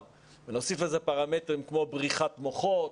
ונוסיף לזה פרמטרים כמו בריחת מוחות,